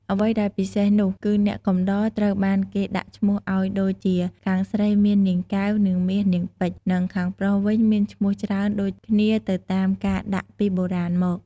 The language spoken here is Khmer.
អ្វីដែលពិសេសនោះ គឺអ្នកកំដរត្រូវបានគេដាក់ឈ្មោះឱ្យដូចជាខាងស្រីមាន នាងកែវ នាងមាស នាងពេជ្យ និងខាងប្រុសវិញមានឈ្មោះច្រើនដូចគ្នាទៅតាមការដាក់ពីបុរាណមក។